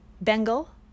Bengal